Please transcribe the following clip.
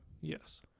Yes